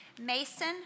Mason